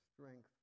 strength